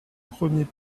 premiers